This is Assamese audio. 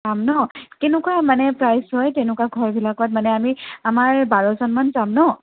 পাম ন' কেনেকুৱা মানে প্ৰাইছ হয় তেনেকুৱা ঘৰ বিলাকত মানে আমি আমাৰ বাৰজন মান যাম ন'